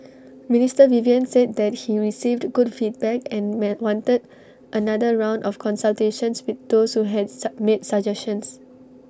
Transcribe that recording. Minister Vivian said that he received good feedback and made wanted another round of consultations with those who had made suggestions